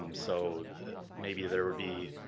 um so maybe there would be,